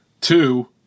two